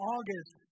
August